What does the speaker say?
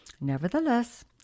Nevertheless